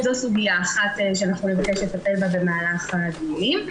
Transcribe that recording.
זו סוגיה אחת שנבקש לטפל בה במהלך הדיונים.